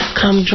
come